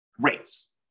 rates